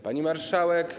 Pani Marszałek!